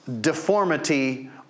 deformity